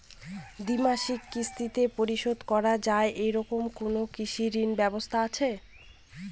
দ্বিমাসিক কিস্তিতে পরিশোধ করা য়ায় এরকম কোনো কৃষি ঋণের ব্যবস্থা আছে?